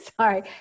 Sorry